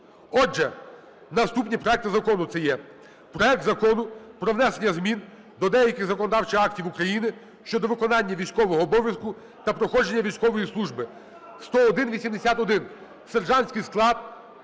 Отже, наступний проект закону це є проект Закону про внесення змін до деяких законодавчих актів України (щодо виконання військового обов'язку та проходження військової служби) (10181). Сержантський склад.